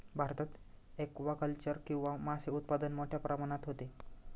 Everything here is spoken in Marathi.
भारतात ॲक्वाकल्चर किंवा मासे उत्पादन मोठ्या प्रमाणात होते